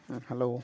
hello